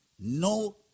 No